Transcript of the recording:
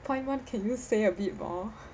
point one can you say a bit more